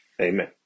Amen